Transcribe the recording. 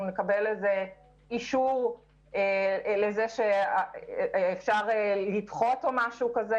נקבל אישור לזה שאפשר לדחות או משהו כזה.